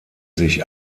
sich